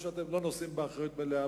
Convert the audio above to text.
או שאתם לא נושאים באחריות מלאה,